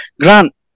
Grant